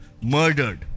Murdered